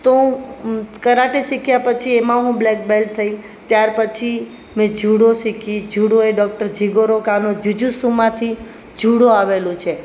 તો કરાટે શિખ્યા પછી એમાં હું બ્લેક બેલ્ટ થઈ ત્યાર પછી મેં જુડો શીખી જુડો એ ડૉક્ટર જીગોરોકાનો જીજુસોમાંથી જુડો આવેલું છે